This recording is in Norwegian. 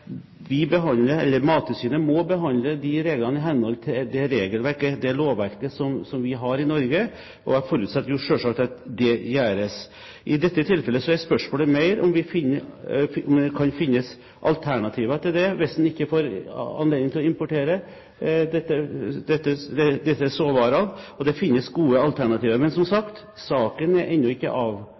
Mattilsynet må behandle disse reglene i henhold til det regelverket, det lovverket, som vi har i Norge. Jeg forutsetter selvsagt at det blir gjort. I dette tilfellet er spørsmålet mer om det kan finnes alternativer hvis man ikke får anledning til å importere disse såvarene. Det finnes gode alternativer. Men som sagt, saken er ennå ikke avklart. Mattilsynet må få anledning til å gjennomføre en fornuftig behandling av